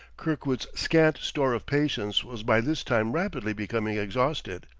kirkwood's scant store of patience was by this time rapidly becoming exhausted.